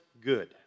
good